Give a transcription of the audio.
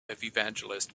evangelist